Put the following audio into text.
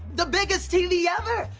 the biggest tv ever.